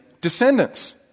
descendants